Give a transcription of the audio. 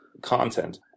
content